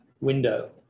window